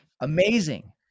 Amazing